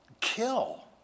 kill